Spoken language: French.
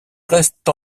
reste